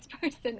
person